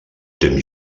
temps